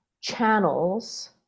channels